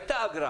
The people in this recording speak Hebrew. הייתה אגרה